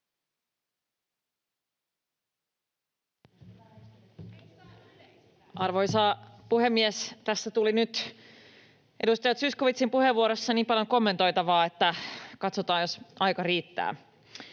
Arvoisa puhemies! Tässä tuli nyt edustaja Zyskowiczin puheenvuorossa niin paljon kommentoitavaa, että katsotaan, riittääkö